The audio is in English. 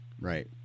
Right